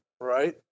right